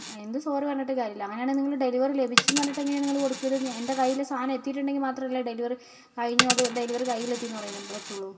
എന്ത് സോറി പറഞ്ഞിട്ടും കാര്യയില്ല അങ്ങനെയാണെങ്കിൽ നിങ്ങൾ ഡെലിവറി ലഭിച്ചുവെന്ന് പറഞ്ഞിട്ടെങ്ങനെയാണ് നിങ്ങൾ കൊടുത്തത് എൻ്റെ കൈയിൽ സാധനം എത്തിയിട്ടുണ്ടെങ്കിൽ മാത്രമല്ല ഡെലിവറി കഴിഞ്ഞു അത് ഡെലിവറി കയ്യിലെത്തിയെന്ന് പറയാൻ പറ്റുകയുള്ളു